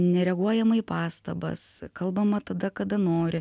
nereaguojama į pastabas kalbama tada kada nori